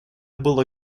было